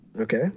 Okay